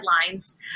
headlines